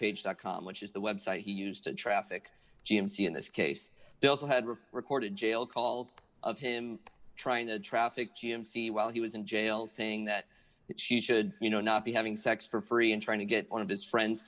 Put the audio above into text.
backpage dot com which is the web site he used to traffic g m c in this case they also had rip recorded jail calls of him trying to traffic g m c while he was in jail thing that that she should you know not be having sex for free and trying to get one of his friends